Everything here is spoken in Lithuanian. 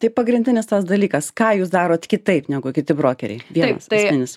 tai pagrindinis tas dalykas ką jūs darot kitaip negu kiti brokeriai vienas esminis